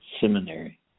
seminary